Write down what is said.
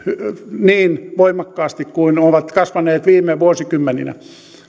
niin voimakkaasti kuin ovat kasvaneet viime vuosikymmeninä